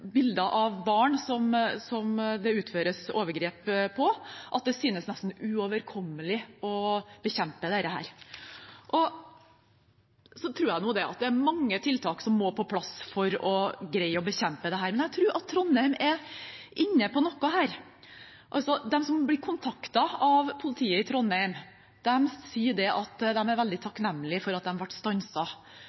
bilder av barn som det utføres overgrep på, at det synes nesten uoverkommelig å bekjempe det. Jeg tror at det er mange tiltak som må på plass for å greie å bekjempe dette, men jeg tror Trondheim er inne på noe. De som blir kontaktet av politiet i Trondheim, sier at de er veldig takknemlig for at de ble